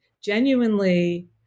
genuinely